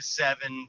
seven